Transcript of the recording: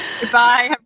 goodbye